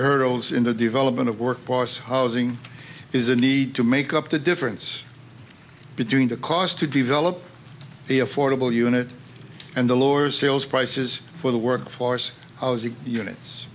hurdles in the development of workforce housing is the need to make up the difference between the cost to develop the affordable unit and the lower sales prices for the workforce housing units